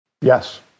Yes